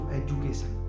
education